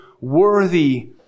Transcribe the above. worthy